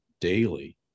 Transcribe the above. daily